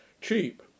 Cheap